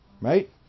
right